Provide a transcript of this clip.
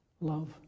Love